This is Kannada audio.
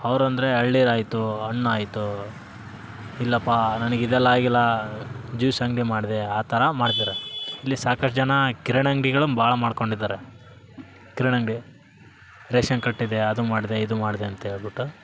ಅವ್ರು ಅಂದರೆ ಎಳ ನೀರು ಆಯಿತು ಹಣ್ಣಾಯಿತು ಇಲ್ಲಪ್ಪ ನನಗ್ ಇದೆಲ್ಲ ಆಗಿಲ್ಲ ಜ್ಯೂಸ್ ಅಂಗಡಿ ಮಾಡಿದೆ ಆ ಥರ ಮಾಡ್ತಾರೆ ಇಲ್ಲಿ ಸಾಕಷ್ಟು ಜನ ಕಿರಾಣಿ ಅಂಗ್ಡಿಗಳು ಭಾಳ ಮಾಡ್ಕೊಂಡಿದ್ದಾರೆ ಕಿರಾಣಿ ಅಂಗಡಿ ರೇಷನ್ ಕಟ್ಟಿದೆಯ ಅದು ಮಾಡಿದೆ ಇದು ಮಾಡಿದೆ ಅಂತೇಳ್ಬುಟ್ಟು